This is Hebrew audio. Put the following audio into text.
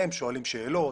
הם שואלים שאלות,